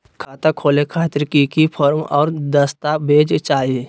खाता खोले खातिर की की फॉर्म और दस्तावेज चाही?